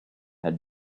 had